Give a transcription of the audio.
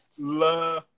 La